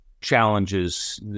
challenges